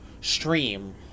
stream